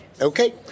Okay